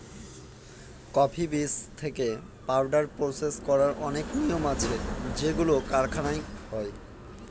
coffee বীজ থেকে powder process করার অনেক নিয়ম আছে যেগুলো কারখানায় হয়